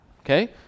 okay